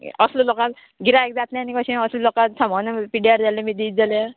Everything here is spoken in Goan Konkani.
असलो लोकां गिरायक जातलें आनी कशें असलो लोकांक सामन न्हू पिड्ड्यार जाल्या बी दीत जाल्यार